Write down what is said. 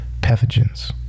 pathogens